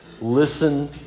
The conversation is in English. listen